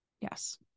yes